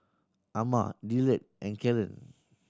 Amma Dillard and Kellen